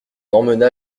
emmena